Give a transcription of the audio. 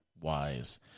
wise